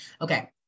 Okay